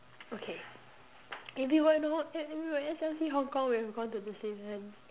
okay maybe why don't S_L_C Hong Kong we would have gone to Disneyland